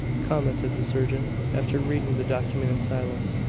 commented the surgeon, after reading the document in silence.